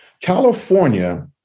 California